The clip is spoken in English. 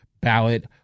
ballot